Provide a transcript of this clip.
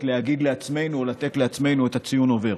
להגיד לעצמנו או לתת לעצמנו את הציון "עובר".